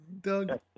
Doug